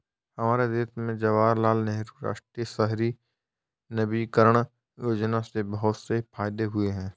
हमारे देश में जवाहरलाल नेहरू राष्ट्रीय शहरी नवीकरण योजना से बहुत से फायदे हुए हैं